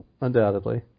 undoubtedly